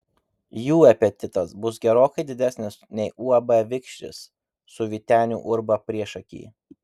jų apetitas bus gerokai didesnis nei uab vikšris su vyteniu urba priešaky